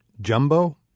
Jumbo